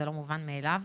זה לא מובן מאליו.